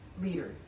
leader